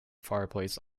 fireplace